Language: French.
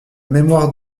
mémoire